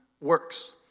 works